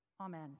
Amen